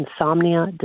insomnia